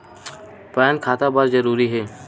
Pan खाता बर जरूरी हे?